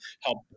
help